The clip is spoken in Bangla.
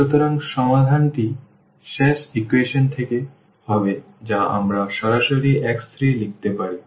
সুতরাং সমাধানটি শেষ ইকুয়েশন থেকে হবে যা আমরা সরাসরি x3 লিখতে পারি